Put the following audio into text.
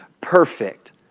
perfect